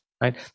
right